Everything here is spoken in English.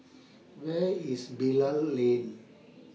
Where IS Bilal Lane